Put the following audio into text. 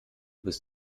bist